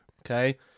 Okay